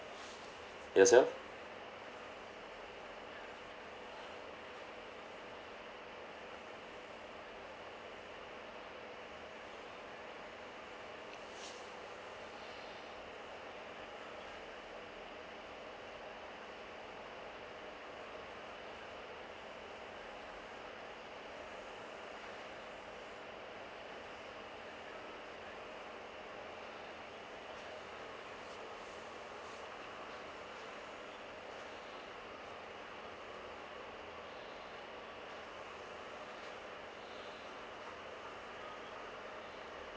yourself